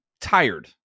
tired